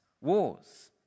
wars